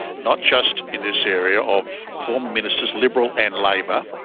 not just in this area, of former ministers, liberal and labor,